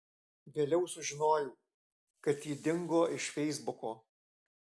vėliau sužinojau kad ji dingo iš feisbuko